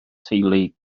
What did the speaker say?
teulu